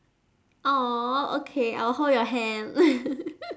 !aww! okay I will hold your hand